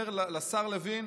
אומר לשר לוין: